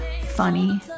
funny